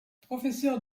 professeur